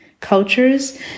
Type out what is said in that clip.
cultures